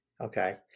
Okay